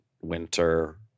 winter